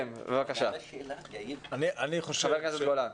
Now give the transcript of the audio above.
כן, בבקשה, חבר הכנסת גולן.